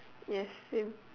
yes same